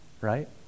right